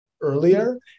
earlier